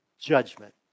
judgment